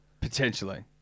Potentially